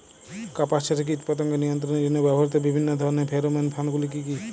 কাপাস চাষে কীটপতঙ্গ নিয়ন্ত্রণের জন্য ব্যবহৃত বিভিন্ন ধরণের ফেরোমোন ফাঁদ গুলি কী?